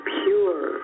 pure